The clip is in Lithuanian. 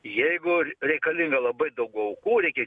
jeigu reikalinga labai daug aukų reikia